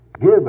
Give